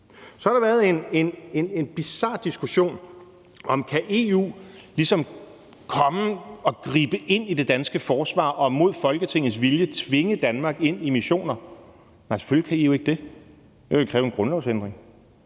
Så har der været en bizar diskussion om, hvorvidt EU ligesom kan komme og gribe ind i det danske forsvar og mod Folketingets vilje tvinge Danmark ind i missioner. Nej, selvfølgelig kan EU ikke det. Det ville kræve en grundlovsændring.